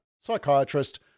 psychiatrist